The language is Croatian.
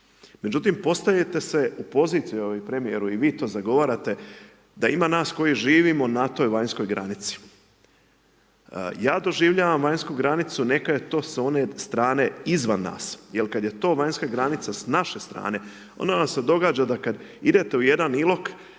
Međutim, postavite se u poziciju, evo premijeru i vi to zagovarate, da ima nas koji živimo na toj vanjskoj granici. Ja doživljavam vanjsku granicu, neka je to s one strane izvan nas, jel kada je to vanjska granica s naše strane, onda vam se događa da kada idete u jedan Ilok,